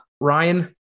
Ryan